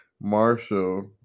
Marshall